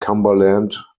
cumberland